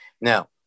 Now